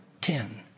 ten